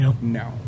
No